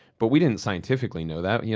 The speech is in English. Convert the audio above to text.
but we didn't scientifically know that. yeah